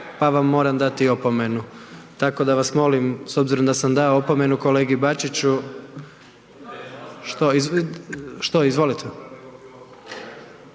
pa vam moram dati opomenu. Tako da vas molim s obzirom da sam dao opomenu kolegi Bačiću, što izvolite.